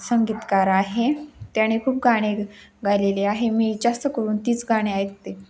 संगीतकार आहे त्याने खूप गाणे गालेले आहे मी जास्त करून तीच गाणे ऐकते